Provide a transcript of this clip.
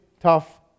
tough